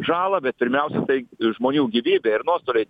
žalą bet pirmiausia tai žmonių gyvybė ir nuostoliai